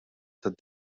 tad